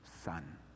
son